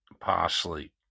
parsley